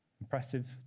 Impressive